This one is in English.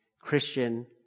Christian